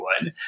one